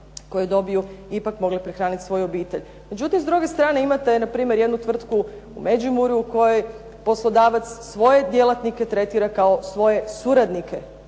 koje dobiju ipak mogle prehranit svoju obitelj. Međutim, s druge strane imate npr. jednu tvrtku u Međimurju u kojoj poslodavac svoje djelatnike tretira kao svoje suradnike